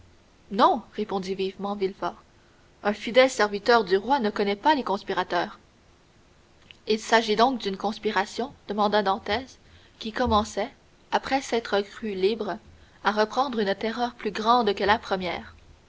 non répondit vivement villefort un fidèle serviteur du roi ne connaît pas les conspirateurs il s'agit donc d'une conspiration demanda dantès qui commençait après s'être cru libre à reprendre une terreur plus grande que la première